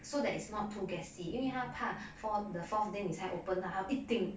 so that is not too gassy 因为他怕 four the fourth 你才 open 它一定